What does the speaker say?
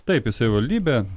taip į savivaldybę